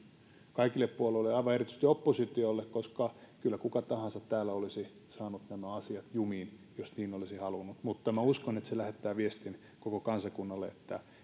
kaikille puolueille ja aivan erityisesti oppositiolle koska kyllä kuka tahansa täällä olisi saanut nämä asiat jumiin jos niin olisi halunnut mutta minä uskon että tämä lähettää viestin koko kansakunnalle että